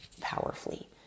powerfully